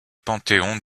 panthéon